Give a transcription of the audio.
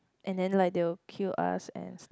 and then like they will kill us and stuff